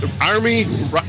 Army